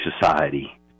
society